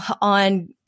on